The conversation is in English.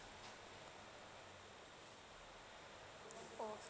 oh